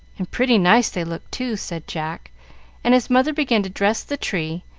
and pretty nice they look, too, said jack and his mother began to dress the tree,